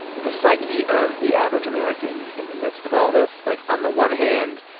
the psyche of the average american in the midst of all this? like, on the one hand,